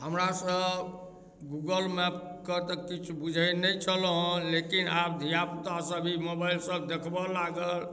हमरा तऽ गूगल मैपपर तऽ किछु बुझय नहि छलहुँ हन लेकिन आब धिआ पुता सब ई मोबाइल सब देखबऽ लागल